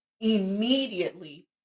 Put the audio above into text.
immediately